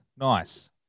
Nice